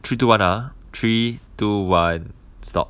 three two one ah three two one stop